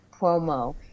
promo